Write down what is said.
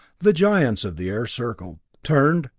the giants of the air circled, turned,